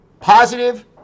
positive